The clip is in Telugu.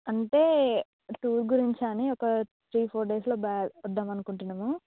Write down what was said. అంటే టూర్ గురించి అని ఒక త్రీ ఫోర్ డేస్లో బ్యా వద్దాం అనుకుంటున్నాము